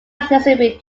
necessarily